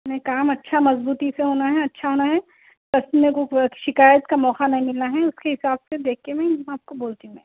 نہیں کام اچھا مضبوطی سے ہونا ہے اچھا ہونا ہے بس میرے کو کوئی شکایت کا موقع نہیں ملنا ہے اسی حساب سے دیکھ کے میں آپ کو بولتی ہوں میں